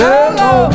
Hello